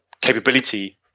capability